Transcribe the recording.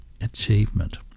achievement